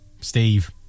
Steve